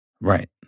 Right